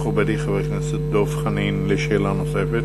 מכובדי חבר הכנסת דב חנין לשאלה נוספת.